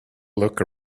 look